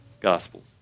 Gospels